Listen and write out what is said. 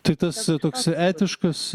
tai tas toks etiškas